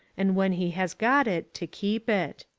and when he has got it, to keep it.